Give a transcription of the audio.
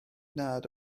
nad